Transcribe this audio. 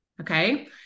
Okay